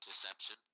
Deception